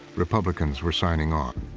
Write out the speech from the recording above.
republicans were signing on.